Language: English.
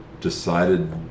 decided